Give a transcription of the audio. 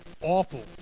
awful